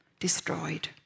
destroyed